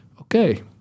okay